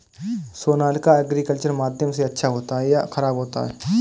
Sonalika agriculture माध्यम से अच्छा होता है या ख़राब होता है?